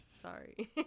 sorry